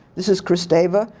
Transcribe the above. this is chris davis.